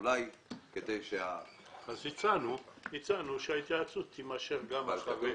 אולי כדי --- הצענו שההתייעצות תימשך גם אחרי.